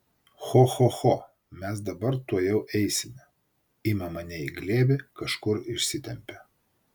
cho cho cho mes dabar tuojau eisime ima mane į glėbį kažkur išsitempia